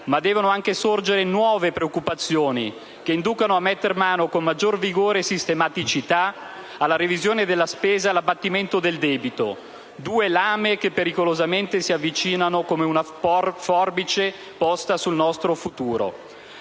Devono anche sorgere, però, nuove preoccupazioni che inducano a mettere mano, con maggior vigore e sistematicità, alla revisione della spesa e all'abbattimento del debito, due lame che pericolosamente si avvicinano come una forbice posta sul nostro futuro.